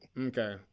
Okay